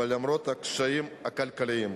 למרות הקשיים הכלכליים,